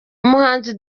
umuhanzi